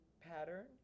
pattern